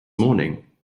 morning